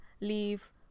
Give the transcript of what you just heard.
leave